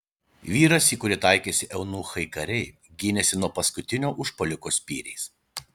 vyras į kurį taikėsi eunuchai kariai gynėsi nuo paskutinio užpuoliko spyriais